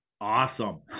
awesome